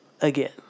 again